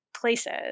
places